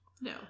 No